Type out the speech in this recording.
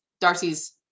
Darcy's